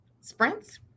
sprints